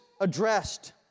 addressed